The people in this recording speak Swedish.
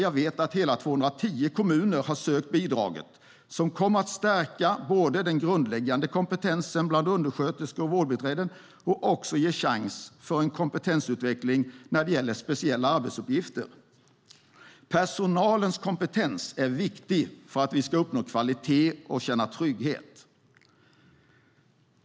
Jag vet att hela 210 kommuner har sökt bidraget, som kommer att stärka den grundläggande kompetensen bland undersköterskor och vårdbiträden och också ge chans till en kompetensutveckling när det gäller speciella arbetsuppgifter. Personalens kompetens är viktig för att vi ska uppnå kvalitet och känna trygghet.